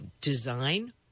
design